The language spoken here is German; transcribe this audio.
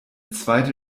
zweite